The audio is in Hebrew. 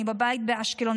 אני בבית באשקלון,